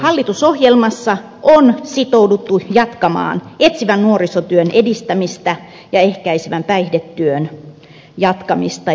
hallitusohjelmassa on sitouduttu jatkamaan etsivän nuorisotyön edistämistä ja ehkäisevän päihdetyön jatkamista